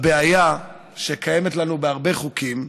הבעיה, שקיימת לנו בהרבה חוקים,